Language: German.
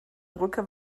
brücke